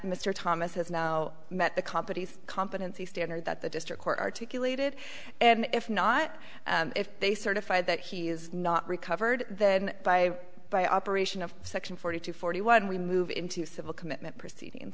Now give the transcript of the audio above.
mr thomas has now met the company's competency standard that the district court articulated and if not if they certify that he is not recovered then by by operation of section forty two forty one we move into civil commitment proceedings